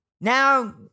Now